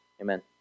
amen